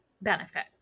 benefit